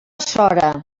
sora